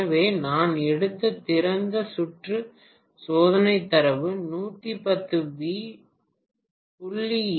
எனவே நான் எடுத்த திறந்த சுற்று சோதனை தரவு 110 வி 0